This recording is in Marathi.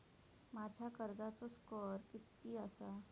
माझ्या कर्जाचो स्कोअर किती आसा?